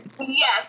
Yes